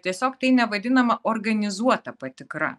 tiesiog tai nevadinama organizuota patikra